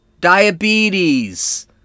diabetes